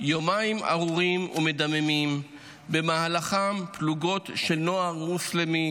ארורים ומדממים שבמהלכם פלוגות של נוער מוסלמי,